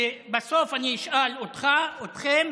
ובסוף אני אשאל אותך, אתכם,